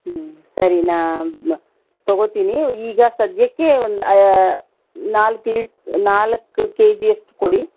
ಹೂಂ ಸರಿ ನಾನು ತೊಗೋತೀನಿ ಈಗ ಸದ್ಯಕ್ಕೆ ಒಂದು ನಾಲ್ಕು ಲೀ ನಾಲ್ಕು ಕೆ ಜಿ ಅಷ್ಟು ಕೊಡಿ